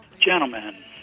Gentlemen